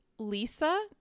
Lisa